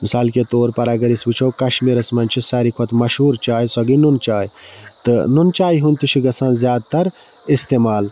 مِثال کے طور پَر اَگر أسۍ وٕچھو کَشمیٖرَس مَنٛز چھِ ساروی کھۄتہٕ مَشہوٗر چاے سۄ گٔے نوٗن چاے تہٕ نوٗن چاے ہُنٛد تہِ چھُ گَژھان زیادٕ تَر اِستعمال